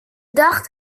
dacht